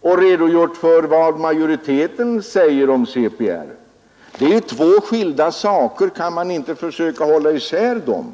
och utskottsmajoriteten säger om CPR. Detta är två skilda saker — kan man inte försöka hålla isär dem?